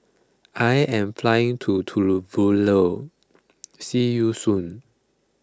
I am flying to Tuvalu now see you soon